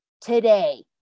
today